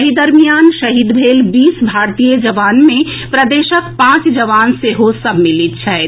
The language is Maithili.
एहि दरमियान शहीद भेल बीस भारतीय जवान मे प्रदेशक पांच जवान सेहो सम्मिलित छथि